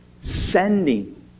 Sending